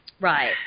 Right